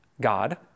God